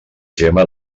gemma